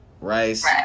rice